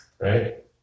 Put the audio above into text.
right